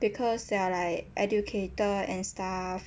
because they are like educated and stuff